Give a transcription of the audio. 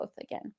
again